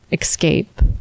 escape